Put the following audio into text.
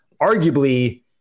arguably